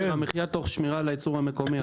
יוקר המחיה תוך שמירה על הייצור המקומי,